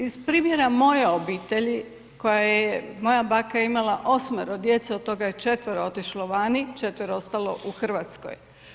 Iz primjera moje obitelji koja je, moja baka je imala 8 djece, od toga je 4 otišlo vani, 4 ostalo u Hrvatskoj.